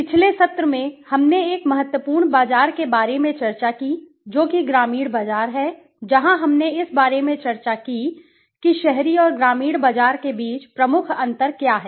पिछले सत्र में हमने एक महत्वपूर्ण बाजार के बारे में चर्चा की जो कि ग्रामीण बाजार है जहां हमने इस बारे में चर्चा की कि शहरी और ग्रामीण बाजार के बीच प्रमुख अंतर क्या हैं